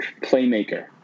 playmaker